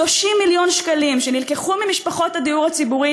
30 מיליון שקלים שנלקחו ממשפחות הדיור הציבורי